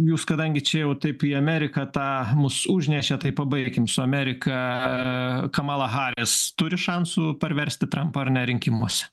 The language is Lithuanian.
jūs kadangi čia jau taip į ameriką tą mus užnešėt tai pabaikim su amerika kamala haris turi šansų parversti trampą ar ne rinkimuose